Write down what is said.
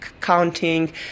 counting